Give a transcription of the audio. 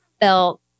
felt